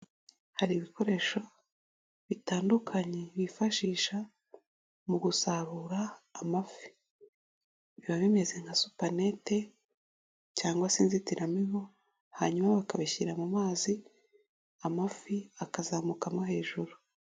Hari ibikoresho bitandukanye bifashisha mu gusarura amafi, biba bimeze nka supanete cyangwa se inzitiramibu hanyuma bakabishyira mu mazi, amafi akazamukamo hejuru.